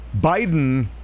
Biden